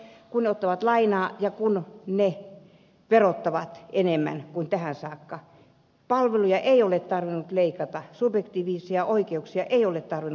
kun ne ottavat lainaa ja kun ne verottavat enemmän kuin tähän saakka palveluja ei ole tarvinnut leikata subjektiivisia oikeuksia ei ole tarvinnut purkaa